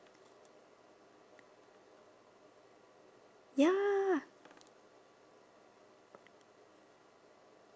ya